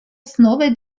основой